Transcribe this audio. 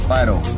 Vital